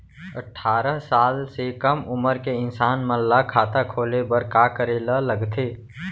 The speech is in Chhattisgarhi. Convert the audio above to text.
अट्ठारह साल से कम उमर के इंसान मन ला खाता खोले बर का करे ला लगथे?